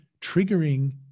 triggering